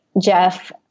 Jeff